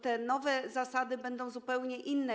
Te nowe zasady będą zupełnie inne.